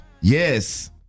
yes